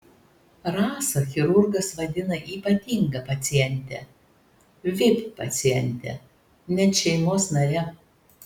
rasą chirurgas vadina ypatinga paciente vip paciente net šeimos nare